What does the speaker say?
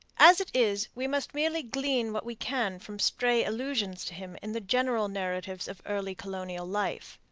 as it is, we must merely glean what we can from stray allusions to him in the general narratives of early colonial life.